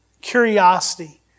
Curiosity